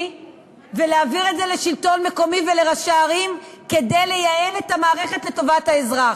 ולהעביר את זה לשלטון מקומי ולראשי ערים כדי לייעל את המערכת לטובת האזרח.